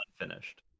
unfinished